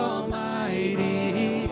Almighty